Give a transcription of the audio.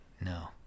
No